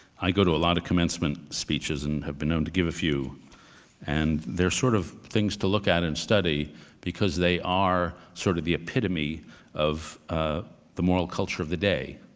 i go to a lot of commencement speeches and have been known to give a few and they're sort of things to look at and study because they are sort of the epitome of ah the moral culture of the day.